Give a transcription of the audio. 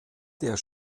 der